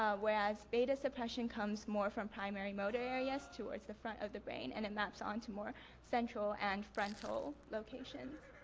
ah whereas beta suppression comes more from primary motor areas towards the front of the brain. and it maps onto more central and frontal locations.